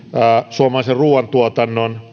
suomalaisen ruuantuotannon